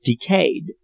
decayed